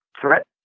threat